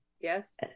Yes